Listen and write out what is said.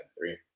three